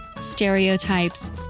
stereotypes